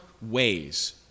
ways